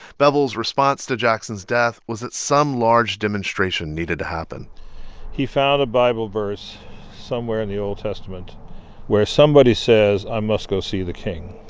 bevel's response to jackson's death was that some large demonstration needed to happen he found a bible verse somewhere in the old testament where somebody says, i must go see the king.